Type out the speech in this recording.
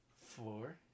four